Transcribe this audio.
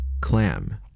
Clam